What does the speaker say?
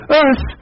earth